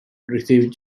received